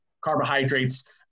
carbohydrates